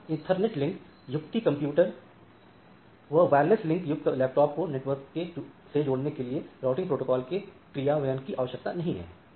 अतः ethernet link युक्ति computer एवं वायरलेस लिंक युक्त लैपटॉप को नेटवर्क से जुड़ने के लिए राउटिंग प्रोटोकॉल के क्रियान्वयन की आवश्यकता नहीं है